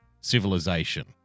civilization